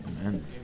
Amen